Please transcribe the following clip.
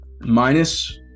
minus